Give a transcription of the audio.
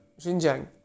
Xinjiang